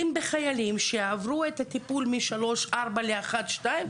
בחיילים שעברו את הטיפול מ-3,4 ל-1,2,